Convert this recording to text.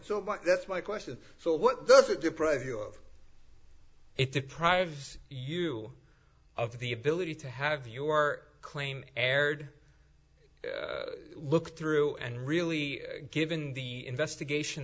but that's my question so what does it deprive you of it deprives you of the ability to have your claim aired looked through and really given the investigation